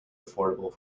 affordable